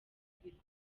babwirwa